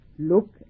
Look